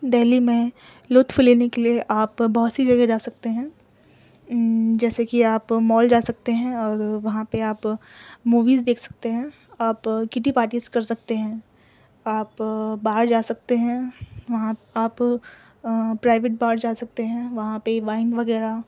دہلی میں لطف لینے کے لیے آپ بہت سی جگہ جا سکتے ہیں جیسے کہ آپ مال جا سکتے ہیں اور وہاں پہ آپ موویز دیکھ سکتے ہیں آپ کٹی پارٹیز کر سکتے ہیں آپ باہر جا سکتے ہیں وہاں آپ پرائیوٹ بار جا سکتے ہیں وہاں پہ وائن وغیرہ